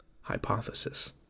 Hypothesis